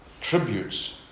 tributes